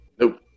Nope